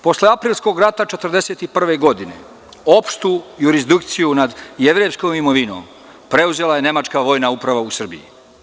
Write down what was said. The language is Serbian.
Posle Aprilskog rata 1941. godine, opštu jurisdikciju nad jevrejskom imovinom preuzela je nemačka vojna uprava u Srbiji.